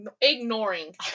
Ignoring